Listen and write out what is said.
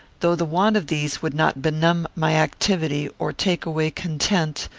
though the want of these would not benumb my activity, or take away content,